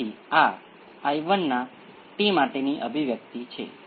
આમ ઘણી જુદી જુદી શક્યતાઓ છે